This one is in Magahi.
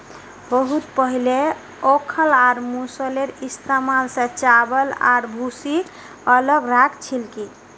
बहुत पहले ओखल और मूसलेर इस्तमाल स चावल आर भूसीक अलग राख छिल की